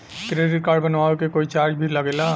Credit card बनवावे के कोई चार्ज भी लागेला?